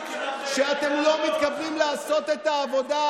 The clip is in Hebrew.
שאתם לא מתכוונים לעשות את העבודה,